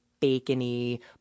bacony